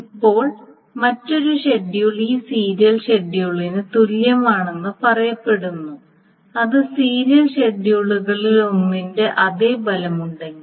ഇപ്പോൾ മറ്റൊരു ഷെഡ്യൂൾ ഈ സീരിയൽ ഷെഡ്യൂളിന് തുല്യമാണെന്ന് പറയപ്പെടുന്നു അത് സീരിയൽ ഷെഡ്യൂളുകളിലൊന്നിന്റെ അതേ ഫലമുണ്ടെങ്കിൽ